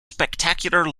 spectacular